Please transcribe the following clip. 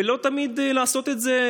ולא תמיד לעשות את זה,